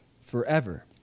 forever